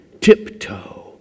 Tiptoe